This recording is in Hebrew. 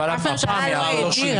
חטא היוהרה.